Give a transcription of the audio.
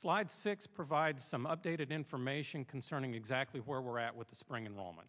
slide six provide some updated information concerning exactly where we're at with the spring involvement